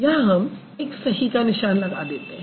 यहाँ हम एक सही का निशान लगा देते हैं